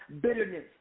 bitterness